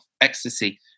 ecstasy